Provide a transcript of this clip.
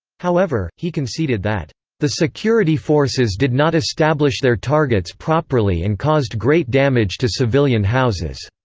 however, he conceded that the security forces did not establish their targets properly and caused great damage to civilian houses.